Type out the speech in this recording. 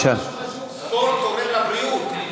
ספורט תורם לבריאות,